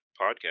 podcast